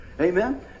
Amen